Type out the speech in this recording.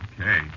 Okay